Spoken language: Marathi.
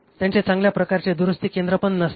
त्यांचे चांगल्या प्रकारचे दुरुस्तीकेंद्र पण नसते